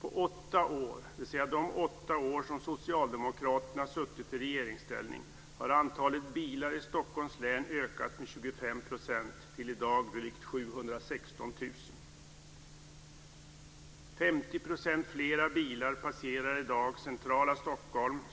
På åtta år, dvs. de åtta år som socialdemokraterna har suttit i regeringsställning, har antalet bilar i Stockholm,